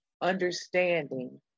understanding